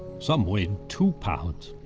some weighed two pounds.